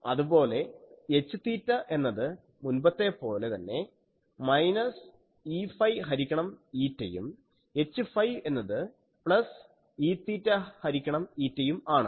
അതുപോലെ Hθ എന്നത് മുൻപത്തെ പോലെ തന്നെ മൈനസ് Eφ ഹരിക്കണം η യും Hφ എന്നത് പ്ലസ് Eθ ഹരിക്കണം η യും ആണ്